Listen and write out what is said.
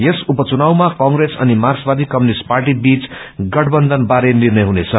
यस उपघुनावमा क्रेत्स अनि मार्क्सवादी कम्पूनिष्ट पार्टीबीच गठबन्धन बारे निर्णय हुनेछ